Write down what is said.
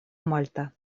мальта